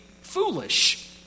foolish